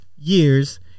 Years